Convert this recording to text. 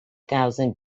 thousand